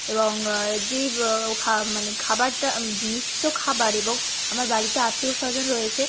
এবং যেই খাওয়া মানে খাবারটা জিনিস তো খাবার এবং আমার বাড়িতে আত্মীয়স্বজন রয়েছে